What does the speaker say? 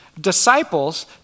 disciples